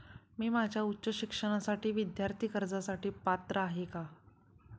मी माझ्या उच्च शिक्षणासाठी विद्यार्थी कर्जासाठी पात्र आहे का?